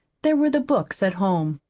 there were the books at home.